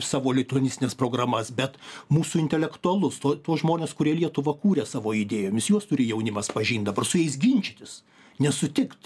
savo lituanistines programas bet mūsų intelektualus tuo tuos žmones kurie lietuvą kūrė savo idėjomis juos turi jaunimas pažint dabar su jais ginčytis nesutikt